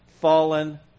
fallen